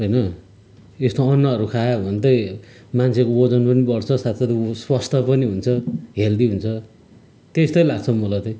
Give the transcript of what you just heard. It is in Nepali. होइन यस्तो अन्नहरू खायो भने चाहिँ मान्छेको ओजनहरू पनि बढ्छ साथसाथै उनीहरू स्वस्थ पनि हुन्छ हेल्दी हुन्छ त्यस्तै लाग्छ मलाई चाहिँ